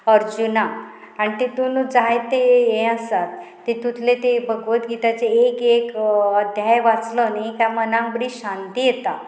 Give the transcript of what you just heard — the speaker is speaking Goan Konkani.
अर्जुना आनी तितून जायते हे आसात तितूंतले तें भगवत गीताचे एक एक अध्याय वाचलो न्ही काय मनाक बरी शांती येता